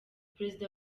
perezida